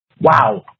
wow